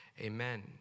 Amen